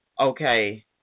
okay